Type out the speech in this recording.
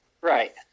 right